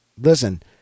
Listen